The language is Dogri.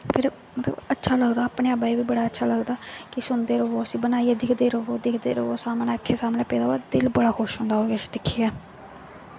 फिर मतलब अच्छा लगदा अपने आपा गी बड़ा अच्छा लगदा कि सुनदे रवो उसी बनाइयै दिखदे रवो दिखदे रवो तो सामनै अक्खें सामनै पेदा होऐ दिल बड़ा खुश होंदा ओह् किश दिक्खियै